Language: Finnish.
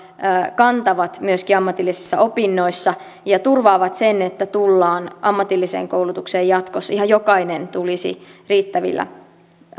kantavat myöskin ammatillisissa opinnoissa ja turvaavat sen että tullaan ammatilliseen koulutukseen jatkossa ihan jokainen tulisi riittävillä